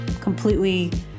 completely